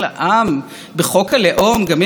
ממש שאלתם את פי העם.